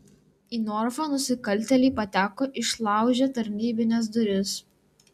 į norfą nusikaltėliai pateko išlaužę tarnybines duris